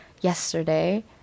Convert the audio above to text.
yesterday